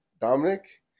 Dominic